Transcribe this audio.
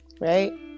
Right